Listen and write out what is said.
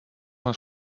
een